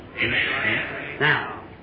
Now